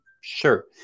Sure